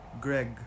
Greg